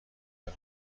کنم